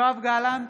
יואב גלנט,